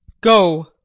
Go